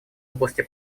области